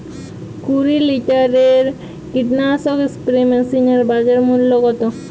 কুরি লিটারের কীটনাশক স্প্রে মেশিনের বাজার মূল্য কতো?